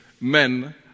men